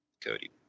Cody